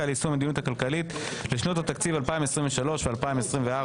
ליישום המדיניות הכלכלית לשנות התקציב 2023 ו-2024),